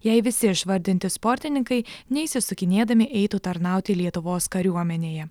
jei visi išvardinti sportininkai neišsisukinėdami eitų tarnauti lietuvos kariuomenėje